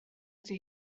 ydy